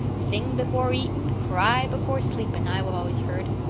sing before eating, cry before sleeping i've always heard.